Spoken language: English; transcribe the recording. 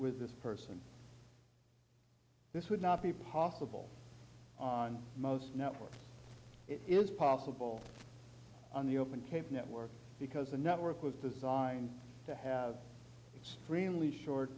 with this person this would not be possible on most network it is possible on the open network because the network was designed to have a really short